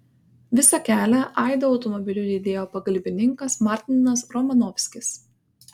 visą kelią aidą automobiliu lydėjo pagalbininkas martinas romanovskis